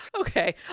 Okay